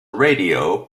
radio